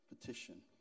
petition